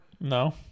no